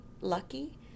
lucky